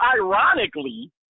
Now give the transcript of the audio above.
ironically